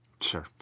Sure